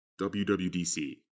WWDC